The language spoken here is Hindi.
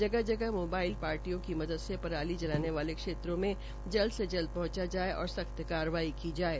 जगह जगह मोबाइल पार्टियों की मदद से पराली जलाने वाले क्षेत्रों में जल्द से जल्द पहंचा जाये और सख्त कार्यवाही की जाये